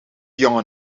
jongen